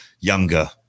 younger